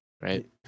right